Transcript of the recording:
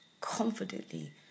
Confidently